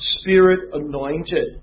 Spirit-anointed